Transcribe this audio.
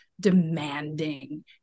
demanding